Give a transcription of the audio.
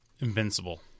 Invincible